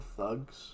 Thugs